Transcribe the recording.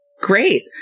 Great